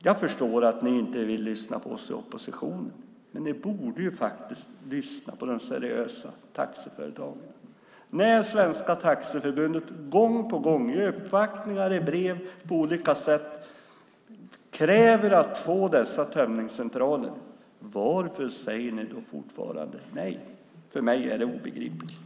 Jag förstår att ni inte vill lyssna på oss i oppositionen, men ni borde faktiskt lyssna på de seriösa taxiföretagen. När Svenska Taxiförbundet gång på gång, i uppvaktningar, i brev och på olika sätt, kräver att få dessa tömningscentraler, varför säger ni då fortfarande nej? Det är obegripligt för mig.